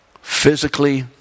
physically